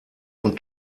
und